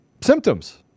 symptoms